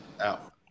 out